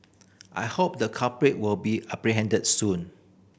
I hope the culprit will be apprehended soon